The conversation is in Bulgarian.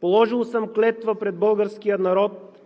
Положил съм клетва пред българския народ